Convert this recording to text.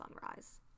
sunrise